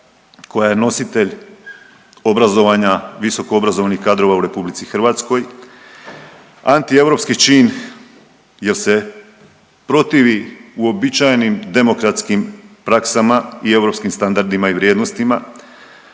koja je nositelj obrazovanja visoko obrazovanih kadrova u RH, antieuropski čin jer se protivi uobičajenim demokratskim praksama i europskim standardima i vrijednostima,